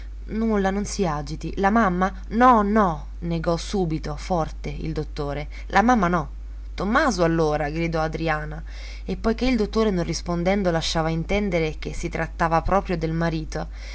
nulla non si agiti la mamma no no negò subito forte il dottore la mamma no tommaso allora gridò adriana e poiché il dottore non rispondendo lasciava intendere che si trattava proprio del marito